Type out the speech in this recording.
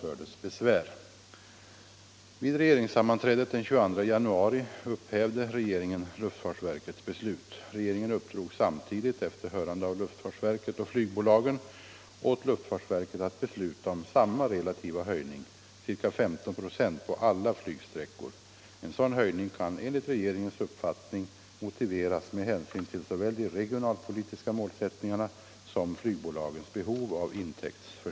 Över luftfartsverkets beslut anfördes besvär.